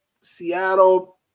Seattle